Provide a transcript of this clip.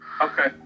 Okay